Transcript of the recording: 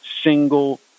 single